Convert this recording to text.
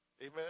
Amen